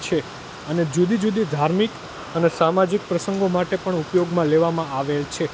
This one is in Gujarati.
છે અને જુદી જુદી ધાર્મિક અને સામાજિક પ્રસંગો માટે પણ ઉપયોગમાં લેવામાં આવે છે